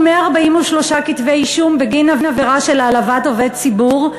143 כתבי אישום בגין העלבה של עובד ציבור,